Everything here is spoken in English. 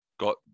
Got